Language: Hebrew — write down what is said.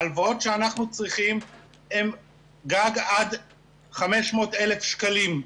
ההלוואות שאנחנו צריכים הן מקסימום עד 500 אלף שקלים.